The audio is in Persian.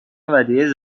ودیعه